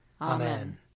Amen